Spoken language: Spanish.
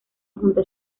junto